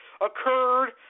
occurred